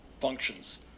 functions